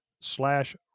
slash